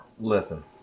Listen